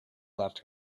left